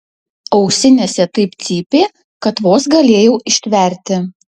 ausinėse taip cypė kad vos galėjau ištverti